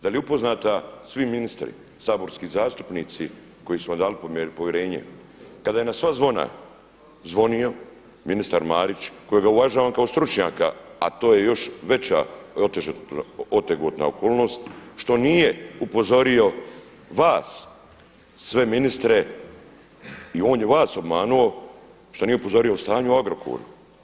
Da li su upoznati svi ministri, saborski zastupnici koji su vam dali povjerenje kada je na sva zvona zvonio ministar Marić, kojega uvažavam kao stručnjaka, a to je još veća otegotna okolnost što nije upozorio vas, sve ministre i on je vas obmanuo što nije upozorio o stanju u Agrokoru.